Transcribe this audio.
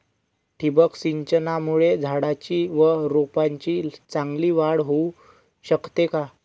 ठिबक सिंचनामुळे झाडाची व रोपांची चांगली वाढ होऊ शकते का?